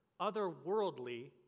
otherworldly